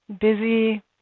busy